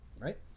right